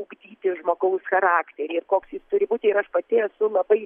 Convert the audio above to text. ugdyti žmogaus charakterį ir koks jis turi būti ir aš pati esu labai